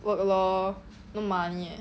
work lor no money eh